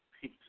peace